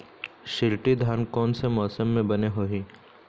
शिल्टी धान कोन से मौसम मे बने होही?